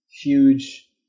Huge